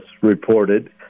reported